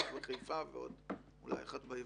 אחת בחיפה ועוד אחת בעברית,